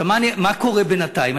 מה קורה בינתיים?